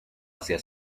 hacia